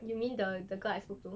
you mean the the girl I spoke to